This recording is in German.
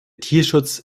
tierschutz